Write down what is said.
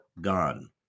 gone